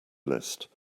list